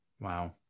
Wow